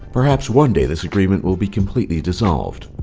perhaps one day, this agreement will be completely dissolved,